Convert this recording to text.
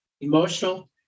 emotional